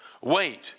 Wait